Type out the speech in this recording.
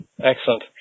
Excellent